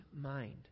mind